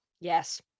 Yes